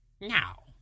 Now